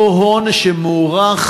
אותו הון שמוערך